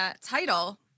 title